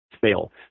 fail